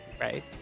right